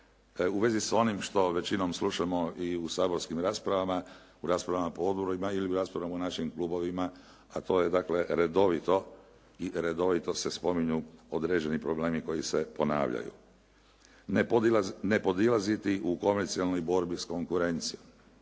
u vezi s onim što većinom slušamo i u saborskim raspravama, u raspravama po odborima ili u raspravama u našim klubovima a to je dakle redovito i redovito se spominju određeni problemi koji se ponavljaju. Ne podilaziti u komercijalnoj borbi s konkurencijom.